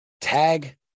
Tag